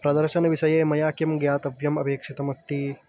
प्रदर्शनविषये मया किं ज्ञातव्यम् अपेक्षितम् अस्ति